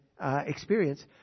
experience